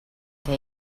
què